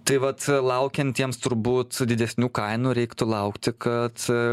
tai vat laukiantiems turbūt didesnių kainų reiktų laukti kad